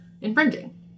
infringing